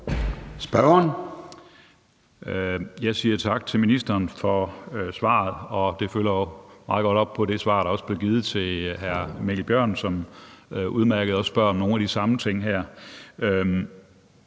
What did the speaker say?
(DD): Jeg siger tak til ministeren for svaret. Det følger jo meget godt op på det svar, der også blev givet til hr. Mikkel Bjørn, som ganske fint også spurgte om nogle af de samme ting.